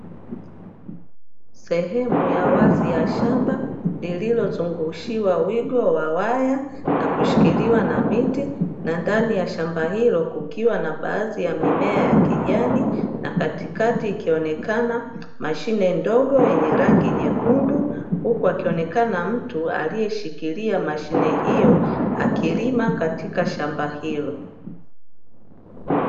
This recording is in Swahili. Sehemu ya wazi ya shamba lililozungushiwa wigo wa waya na kushikiliwa na miti na ndani ya shamba hilo kukiwa na baadhi ya mimea ya kijani na katikati ikionekana mashine ndogo yenye rangi nyekundu, huku akionekana mtu aliyeshikilia mashine hiyo akilima katika shamba hilo.